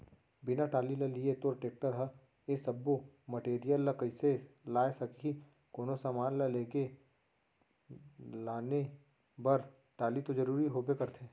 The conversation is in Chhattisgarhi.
बिना टाली ल लिये तोर टेक्टर ह ए सब्बो मटेरियल ल कइसे लाय सकही, कोनो समान ल लेगे लाने बर टाली तो जरुरी होबे करथे